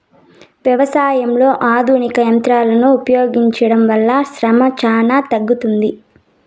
వ్యవసాయంలో ఆధునిక యంత్రాలను ఉపయోగించడం వల్ల శ్రమ చానా తగ్గుతుంది